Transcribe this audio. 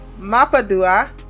mapadua